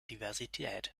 diversität